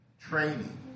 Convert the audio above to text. training